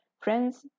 friends